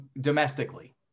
domestically